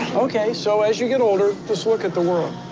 ok, so as you get older, just look at the world.